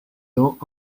dents